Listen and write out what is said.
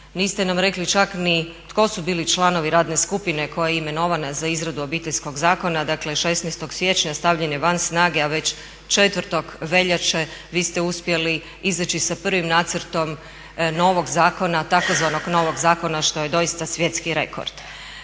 niste nam rekli čak ni tko su bili članovi radne skupine koja je imenovana za izradu Obiteljskog zakona. Dakle, 16. siječnja stavljen je van snage, a već 4. veljače vi ste uspjeli izaći sa prvim nacrtom novog zakona tzv. novog zakona što je doista svjetski rekord.